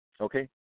Okay